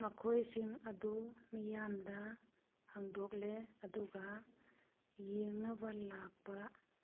ꯃꯈꯣꯏꯁꯤꯡ ꯑꯗꯨ ꯃꯤꯌꯥꯝꯗ ꯍꯪꯗꯣꯛꯂꯦ ꯑꯗꯨꯒ ꯌꯦꯡꯅꯕ ꯂꯥꯛꯄ